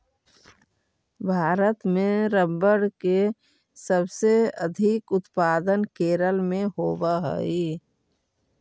भारत में रबर के सबसे अधिक उत्पादन केरल में होवऽ हइ